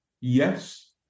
Yes